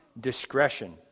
discretion